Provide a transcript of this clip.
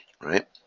right